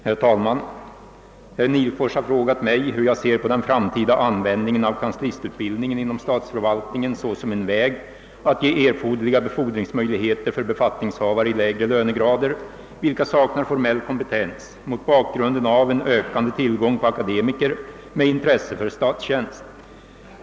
Herr talman! Herr Nihlfors har frågat mig hur jag ser på den framtida användningen av = kanslistutbildningen inom statsförvaltningen såsom en väg att ge erforderliga befordringsmöjligheter för befattningshavare i lägre lönegrader, vilka saknar formell kompetens, mot bakgrunden av en ökande tillgång på akademiker med intresse för statstjänst.